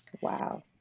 Wow